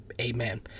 amen